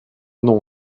non